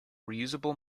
reusable